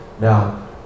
Now